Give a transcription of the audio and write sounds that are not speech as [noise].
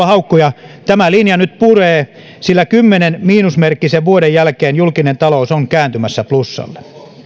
[unintelligible] haukkuja tämä linja nyt puree sillä kymmenen miinusmerkkisen vuoden jälkeen julkinen talous on kääntymässä plussalle